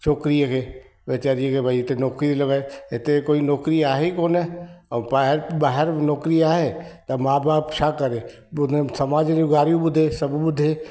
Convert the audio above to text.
छोकिरीअ खे वेचारीअ खे भई हिते नौकिरी लॻाए हिते कोई नौकिरी आहे ई कोन्ह ऐं ॿाहिरि ॿाहिरि नौकिरी आहे त माउ बाप छा करे पूरे समाज जी गारियूं ॿुधे सभु ॿुधे